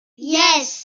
yes